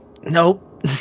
nope